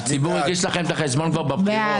הציבור הגיש לכם את החשבון בבחירות.